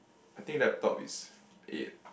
I think laptop is aid